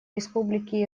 республики